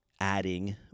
adding